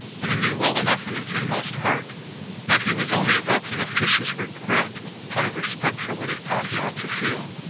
and he knew well enough in his inmost heart that he was only evoking a fictitious regret out of respect for what he thought he ought to feel.